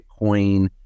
Bitcoin